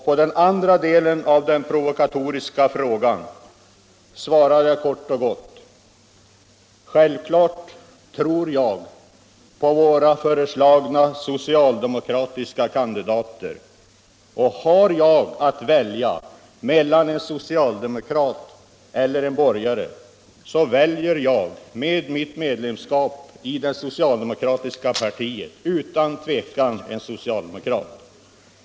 På den andra delen av den provokatoriska frågan svarade jag kort och gott: Självklart tror jag på våra föreslagna socialdemokratiska kandidater, och har jag att välja mellan en socialdemokrat och en borgare så väljer jag med mitt medlemskap i det socialdemokratiska partiet utan tvekan en socialdemokrat.